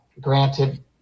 granted